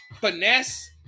finesse